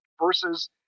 versus